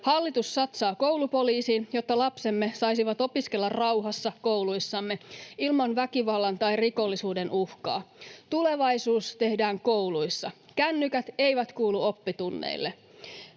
Hallitus satsaa koulupoliisiin, jotta lapsemme saisivat opiskella rauhassa kouluissamme, ilman väkivallan tai rikollisuuden uhkaa. Tulevaisuus tehdään kouluissa. Kännykät eivät kuulu oppitunneille.